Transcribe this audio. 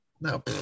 No